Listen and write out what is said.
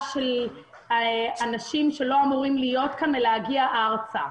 של אנשים שלא אמורים להיות כאן ולא אמורים להגיע ארצה.